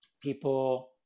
people